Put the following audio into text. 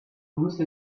lose